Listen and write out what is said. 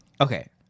Okay